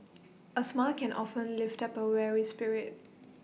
A smile can often lift up A weary spirit